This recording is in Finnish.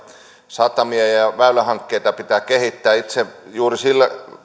satamia ja ja väylähankkeita pitää kehittää juuri sillä